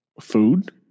food